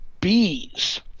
bees